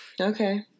Okay